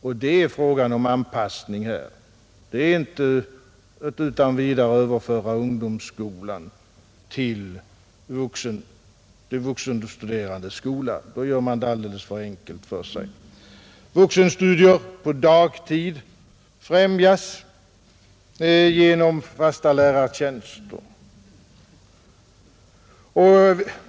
Och det är fråga om anpassning här. Det är inte att utan vidare överföra ungdomsskolan till de vuxenstuderandes skola. Då gör man det alldeles för enkelt för sig. Vuxenstudier på dagtid främjas genom fasta lärartjänster.